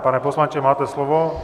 Pane poslanče, máte slovo.